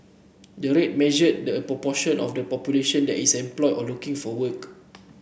the rate measure the proportion of the population that is employed or looking for work